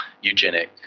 eugenic